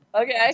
Okay